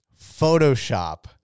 Photoshop